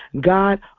God